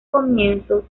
comienzos